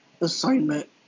assignment